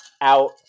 out